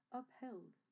upheld